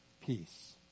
peace